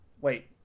Wait